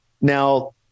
now